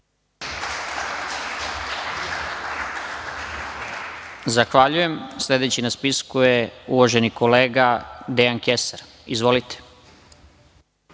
Zahvaljujem. Sledeći na spisku je uvaženi kolega Dejan Kesar. Izvolite.